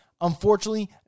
Unfortunately